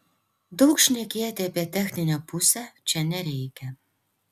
daug šnekėti apie techninę pusę čia nereikia